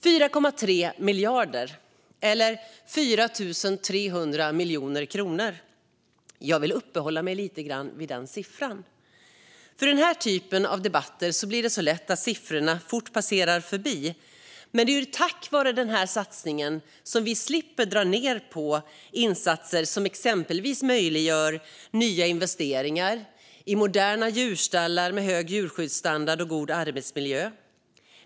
4,3 miljarder eller 4 300 miljoner kronor. Jag vill uppehålla mig lite grann vid den siffran, för i den här typen av debatter blir det lätt så att siffrorna fort passerar förbi. Men det är ju tack vare den här satsningen som vi slipper dra ned på insatser som exempelvis möjliggör nya investeringar i moderna djurstallar med hög djurskyddsstandard och god arbetsmiljö.